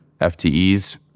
FTEs